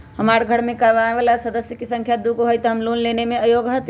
हमार घर मैं कमाए वाला सदस्य की संख्या दुगो हाई त हम लोन लेने में योग्य हती?